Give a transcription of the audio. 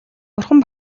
бурхан